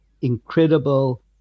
incredible